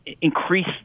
increase